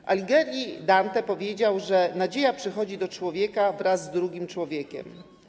Dante Alighieri powiedział, że nadzieja przychodzi do człowieka wraz z drugim człowiekiem.